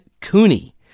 Cooney